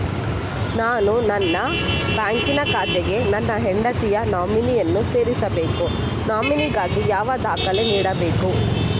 ನಾನು ನನ್ನ ಬ್ಯಾಂಕಿನ ಖಾತೆಗೆ ನನ್ನ ಹೆಂಡತಿಯ ನಾಮಿನಿಯನ್ನು ಸೇರಿಸಬೇಕು ನಾಮಿನಿಗಾಗಿ ಯಾವ ದಾಖಲೆ ನೀಡಬೇಕು?